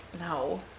no